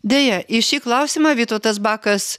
deja į šį klausimą vytautas bakas